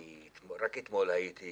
רק אתמול אני הייתי